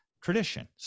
tradition